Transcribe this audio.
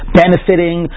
benefiting